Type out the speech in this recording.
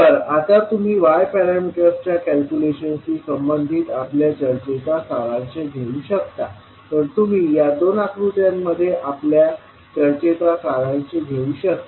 तर आता तुम्ही y पॅरामीटर्सच्या कॅल्क्युलेशन शी संबंधित आपल्या चर्चेचा सारांश घेऊ शकता तर तुम्ही या दोन आकृत्यांमध्ये आपल्या चर्चेचा सारांश घेऊ शकता